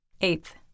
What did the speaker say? Eighth